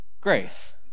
Grace